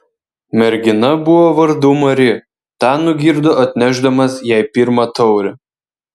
mergina buvo vardu mari tą nugirdo atnešdamas jai pirmą taurę